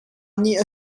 nih